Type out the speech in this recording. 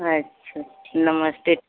अच्छा ठी नमस्ते